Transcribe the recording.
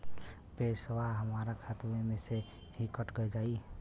पेसावा हमरा खतवे से ही कट जाई?